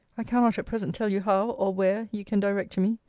i cannot at present tell you how, or where, you can direct to me.